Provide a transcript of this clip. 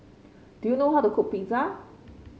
do you know how to cook Pizza